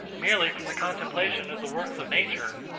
merely from the contemplation of the works of nature,